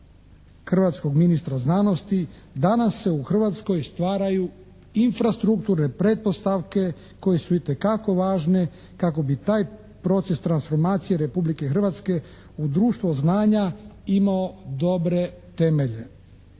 hrvatskog ministra znanosti, danas se u Hrvatskoj stvaraju infrastrukturne pretpostavke koje su itekako važne kako bi i taj proces transformacije Republike Hrvatske u društvo znanja imao dobre temelje.